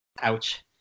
Ouch